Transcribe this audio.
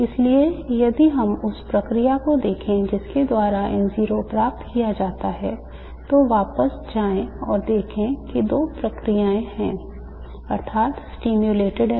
इसलिए यदि हम उस प्रक्रिया को देखें जिसके द्वारा N0 प्राप्त किया जाता है तो वापस जाएं और देखें कि दो प्रक्रियाएं हैं अर्थात् stimulated emission और spontaneous emission